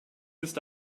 ist